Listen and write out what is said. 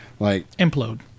Implode